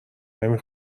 نمی